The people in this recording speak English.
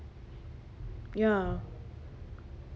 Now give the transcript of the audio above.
ya